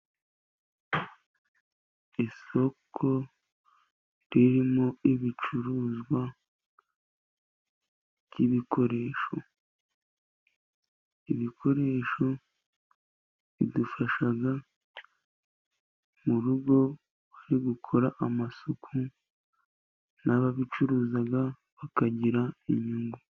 Isoko ririmo ibicuruzwa by'ibikoresho, ibikoresho bidufasha mu rugo bari gukora amasuku, n'ababicuruza bakagira inyungu.